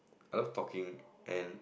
I love talking and